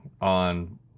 on